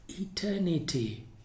eternity